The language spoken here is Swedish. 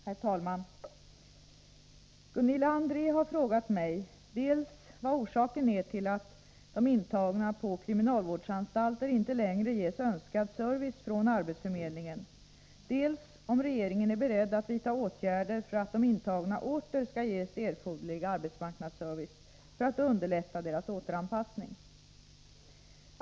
Herr talman! Gunilla André har frågat mig dels vad orsaken är till att de intagna på kriminalvårdsanstalter inte längre ges önskad service från arbetsförmedlingen, dels om regeringen är beredd att vidta åtgärder för att de intagna åter skall ges erforderlig arbetsmarknadsservice för att underlätta deras återanpassning.